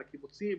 על הקיבוצים,